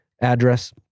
address